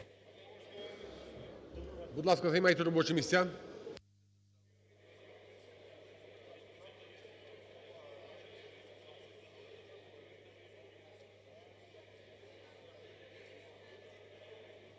Будь ласка, займайте робочі місця.